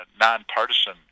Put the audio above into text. nonpartisan